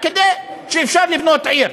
כדי שאפשר יהיה לבנות עיר.